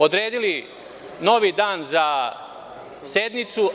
Odredili novi dan za sednicu.